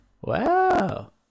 Wow